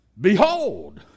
Behold